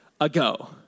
ago